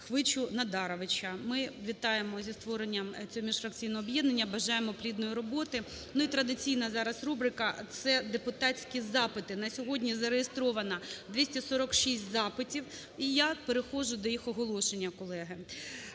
Хвича Нодаровича. Ми вітаємо зі створенням цього міжфракційного об'єднання, бажаємо плідної роботи. Ну і традиційна зараз рубрика, це депутатські запити. На сьогодні зареєстровано 246 запитів і я переходжу до їх оголошення, колеги.